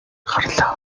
гарлаа